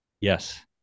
Yes